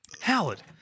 Howard